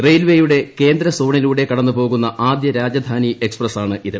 റെയിൽവേയുടെ കേന്ദ്ര സോണിലൂടെ കടന്നുപോകുന്ന ആദ്യ രാജധാനി എക്സ്പ്രസ്സ് ആണിത്